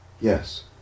Yes